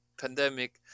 pandemic